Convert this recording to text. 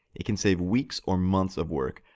it can save weeks or months of work,